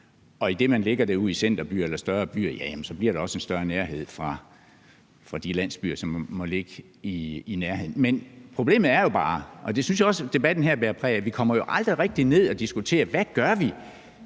Og idet man lægger det ud i centerbyer eller større byer, bliver der også en større nærhed for de landsbyer, som måtte ligge i nærheden. Men problemet er bare – og det synes jeg også debatten her bærer præg af – at vi jo aldrig rigtig kommer til at diskutere, hvad vi